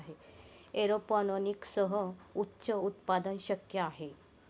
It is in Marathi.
एरोपोनिक्ससह उच्च उत्पादन शक्य आहे